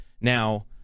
Now